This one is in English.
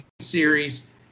series